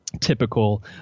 typical